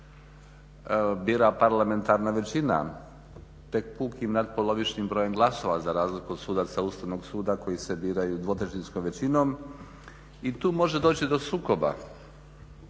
bira parlamentarna većina, tek pukim natpolovičnim brojem glasova za razliku od sudaca Ustavnog suda koji se biraju dvotrećinskom većinom i tu može doći do sukoba.